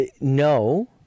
No